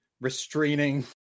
restraining